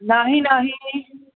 नाही नाही